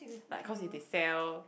like cause if they sell